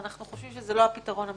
ואנחנו חושבים שזה לא הפתרון המיטבי.